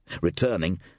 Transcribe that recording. returning